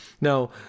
Now